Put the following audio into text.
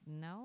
no